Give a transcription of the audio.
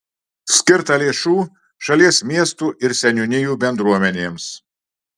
skirta lėšų šalies miestų ir seniūnijų bendruomenėms